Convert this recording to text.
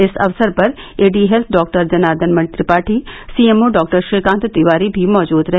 इस अवसर पर AD health doctor Janardan Mani Tripathi CMO doctor Shrikant Tiwari भी मौजूद रहे